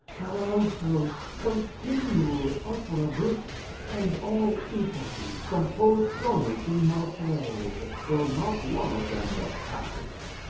carousals, continual opera bouffe and all italy composed sonnets in my praise, though not one of them was passable.